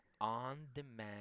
on-demand